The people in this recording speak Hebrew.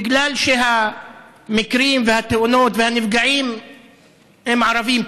בגלל שבמקרים ובתאונות הנפגעים הם ערבים,